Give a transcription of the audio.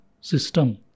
system